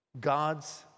God's